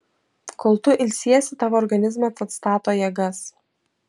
kol tu ilsiesi tavo organizmas atstato jėgas